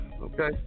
Okay